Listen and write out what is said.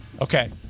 Okay